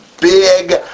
big